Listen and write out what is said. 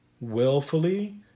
willfully